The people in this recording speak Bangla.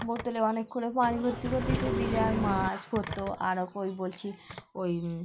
বোতলে অনেকক্ষণ পানি ভর্তি করে দিই তো দিলে আর মাছ করতো আরও ওই বলছি ওই